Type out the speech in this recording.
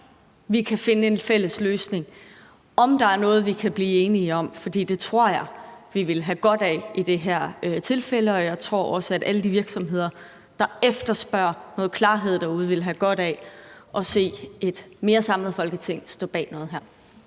vi kan finde en fælles løsning, og om der er noget, vi kan blive enige om. Det tror jeg vi ville have godt af i det her tilfælde, og jeg tror også, at alle de virksomheder, der efterspørger noget klarhed derude, ville have godt af at se et mere samlet Folketing stå bag noget her.